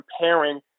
comparing